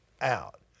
out